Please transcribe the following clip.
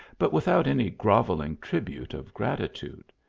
but without any grovelling tribute of grat itude.